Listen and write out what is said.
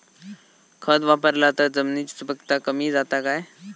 खत वापरला तर जमिनीची सुपीकता कमी जाता काय?